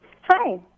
Hi